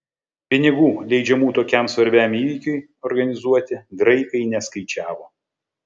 pinigų leidžiamų tokiam svarbiam įvykiui organizuoti graikai neskaičiavo